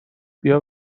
بیا